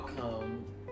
come